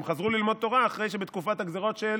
הם חזרו ללמוד תורה אחרי שבתקופת הגזרות של